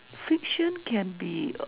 fiction can be